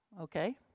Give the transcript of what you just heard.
Okay